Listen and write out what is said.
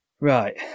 right